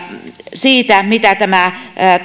siitä mitä tämä